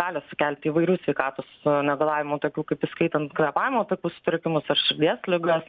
gali sukelti įvairių sveikatos negalavimų tokių kaip įskaitant kvėpavimo takų sutrikimus ar širdies ligas